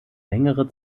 längere